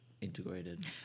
integrated